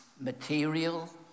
material